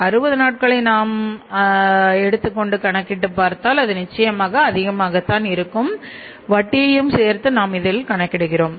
60 நாட்களை நாம் அது நாம் எடுத்துக் கொண்டு பார்த்தால் அதில் நிச்சயமாக அதிகமாகத்தான் இருக்கும் வட்டியையும் சேர்த்து நாம் இதில் கணக்கிடுகிறோம்